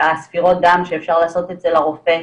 ספירות הדם שאפשר לעשות אצל הרופא,